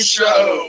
show